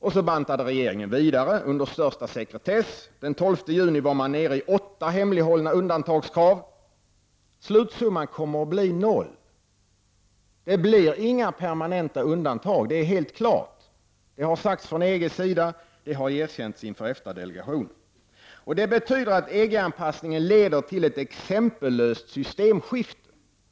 Och så bantade regeringen vidare, under största sekretess. Den 12 juni hade man kommit ned till åtta hemlighållna undantagskrav. Slutsumman kommer att bli noll. Det blir inga permanenta undantag, det är helt klart. Det har sagts från EGs sida, och det har erkänts inför EFTA-delegationen. Detta betyder att EG-anpassningen leder till ett exempellöst systemskifte.